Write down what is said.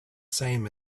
same